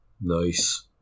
Nice